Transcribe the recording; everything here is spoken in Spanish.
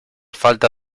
falta